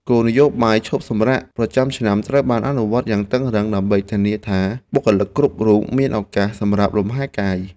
គោលនយោបាយឈប់សម្រាកប្រចាំឆ្នាំត្រូវបានអនុវត្តយ៉ាងតឹងរ៉ឹង ដើម្បីធានាថាបុគ្គលិកគ្រប់រូបមានឱកាសសម្រាកលម្ហែកាយ។